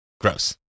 gross